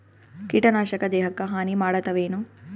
ಕೀಟನಾಶಕ ದೇಹಕ್ಕ ಹಾನಿ ಮಾಡತವೇನು?